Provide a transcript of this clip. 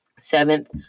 Seventh